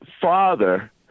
father